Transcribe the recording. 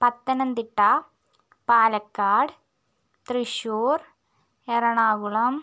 Pathanamthitta Palakkad Thrissur Ernakulam